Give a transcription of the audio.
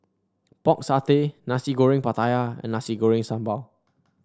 Pork Satay Nasi Goreng Pattaya and Nasi Goreng Sambal